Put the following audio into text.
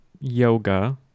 yoga